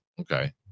okay